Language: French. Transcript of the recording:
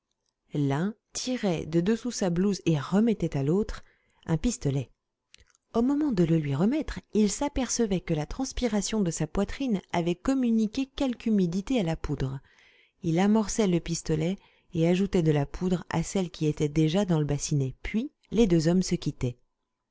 l'un tirait de dessous sa blouse et remettait à l'autre un pistolet au moment de le lui remettre il s'apercevait que la transpiration de sa poitrine avait communiqué quelque humidité à la poudre il amorçait le pistolet et ajoutait de la poudre à celle qui était déjà dans le bassinet puis les deux hommes se quittaient